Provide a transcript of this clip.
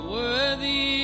worthy